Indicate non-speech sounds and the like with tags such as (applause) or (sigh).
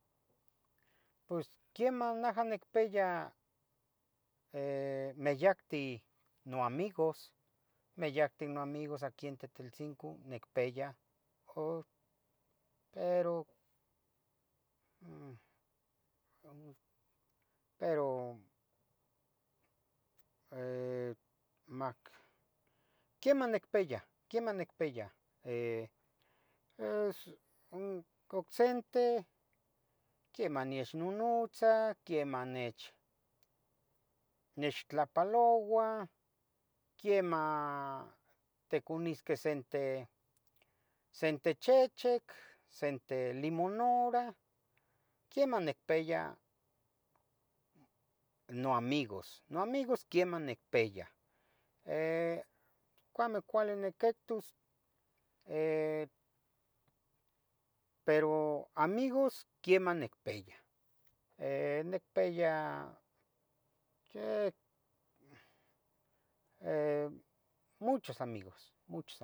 Pues quiemah najah nicpeya, (hesitation) meyacti. noamigos, meyacte noamigos aqui en Tetelcingo. necpeya, oh, pero, (hesitation) pero eh, (hesitation) quiemah. necpeya, quiemah necpeya, (hesitation) pues, ocsente. quiemah nechnunutzah, quiemah nech- nechtlohpaloua, quiemah, tecunisque sente, sente chechec, sente limonurah Quiemah necpeya noamigos, noamigos quiemah necpeya. (hesitation) cuame, cuale nequetus, (hesitation) pero amigos quiemah. necpeya, (hesitation) necpeya chet, (hesitation) muchos amigos, muchos.